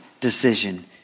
decision